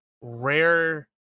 rare